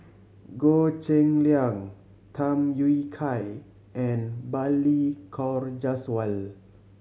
Goh Cheng Liang Tham Yui Kai and Balli Kaur Jaswal